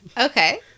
Okay